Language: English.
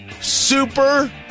Super